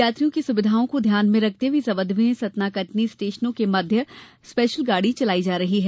यात्रियों की सुविधा को ध्यान में रखते हुए इस अवधि में सतना कटनी स्टेशनों के मध्य स्पेशल गाड़ी चलायी जा रही है